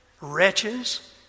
Wretches